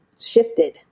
shifted